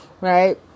Right